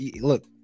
look